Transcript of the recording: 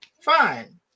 fine